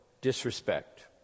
disrespect